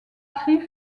écrits